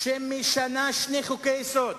שמשנה שני חוקי-יסוד,